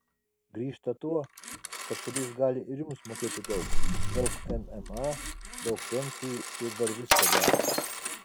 grįžta tuo kad šalis gali ir jums mokėti daug daug mma daug pensijų ir dar visko gero